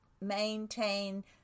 maintain